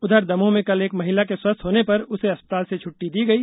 उधर दमोह में कल एक महिला के स्वस्थ होने पर उसे अस्पताल से छुट्टी दी गई